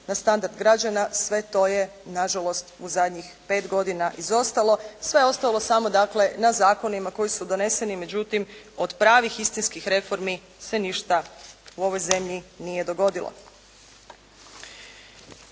na standard građana. Sve to je nažalost u zadnjih 5 godina izostalo. Sve je ostalo samo dakle na zakonima koji su doneseni međutim od pravih istinskih reformi se ništa u ovoj zemlji nije dogodilo.